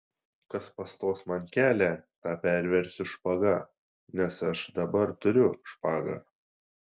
kas pastos man kelią tą perversiu špaga nes aš dabar turiu špagą